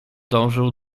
dążył